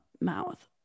mouth